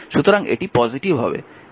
সুতরাং এটি পজিটিভ হবে